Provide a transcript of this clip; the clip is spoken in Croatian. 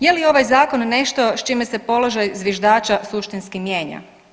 Je li ovaj Zakon nešto s čime se položaj zviždača suštinski mijenja?